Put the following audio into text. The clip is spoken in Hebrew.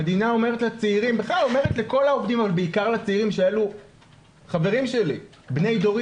המדינה אומרת לכלל העובדים ובעיקר לצעירים בני דורי,